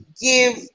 give